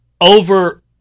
over